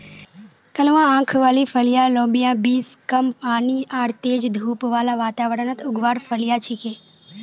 कलवा आंख वाली फलियाँ लोबिया बींस कम पानी आर तेज धूप बाला वातावरणत उगवार फलियां छिके